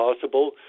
possible